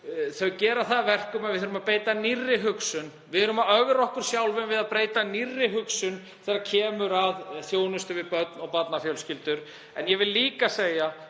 Þau gera það að verkum að við þurfum að beita nýrri hugsun. Við erum að ögra okkur sjálfum við að beita nýrri hugsun þegar kemur að þjónustu við börn og barnafjölskyldur. En ég vil líka segja,